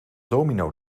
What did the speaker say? domino